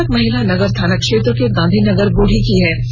मृतक महिला नगर थाना क्षेत्र के गांधीनगर गोढ़ी की है